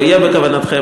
לא יהיה בכוונתכם,